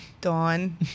Dawn